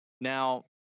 Now